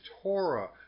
Torah